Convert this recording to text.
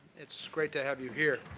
it's great to have you here.